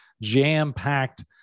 jam-packed